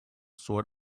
sort